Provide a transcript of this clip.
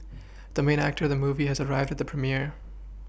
the main actor of the movie has arrived at the premiere